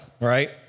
right